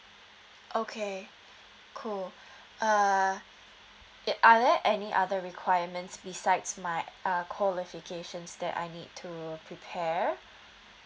okay cool uh eh are there any other requirements besides my uh qualifications that I need to prepare